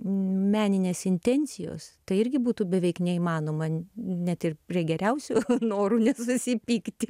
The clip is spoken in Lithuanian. meninės intencijos tai irgi būtų beveik neįmanoma net ir prie geriausių norų nesusipykti